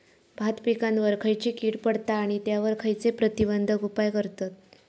भात पिकांवर खैयची कीड पडता आणि त्यावर खैयचे प्रतिबंधक उपाय करतत?